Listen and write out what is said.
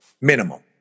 Minimum